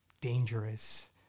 dangerous